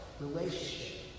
Relationship